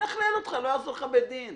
ינכלל אותך, לא יעזור בית דין.